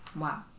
Wow